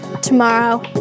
tomorrow